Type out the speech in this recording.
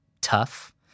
tough